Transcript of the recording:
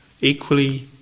equally